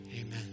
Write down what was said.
amen